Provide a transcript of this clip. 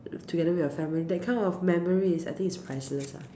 together with your family that kind of memory is I think is priceless lah